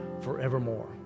forevermore